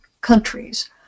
countries